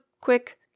quick